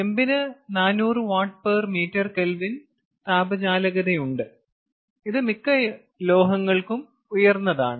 ചെമ്പിന് 400WmK താപചാലകതയുണ്ട് ഇത് മിക്ക ലോഹങ്ങൾക്കും ഉയർന്നതാണ്